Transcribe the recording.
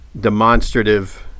demonstrative